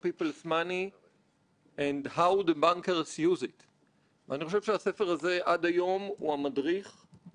הן לא מתייחסות רק לארצות הברית של 1914. הפרק הראשון נקרא "האוליגרכיה הפיננסית שלנו".